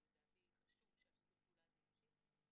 אז לדעתי חשוב ששיתוף הפעולה הזה ימשיך.